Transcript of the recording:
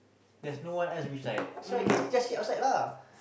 there's no one else which like so I can just sit outside lah